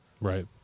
right